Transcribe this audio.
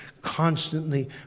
constantly